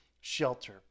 shelter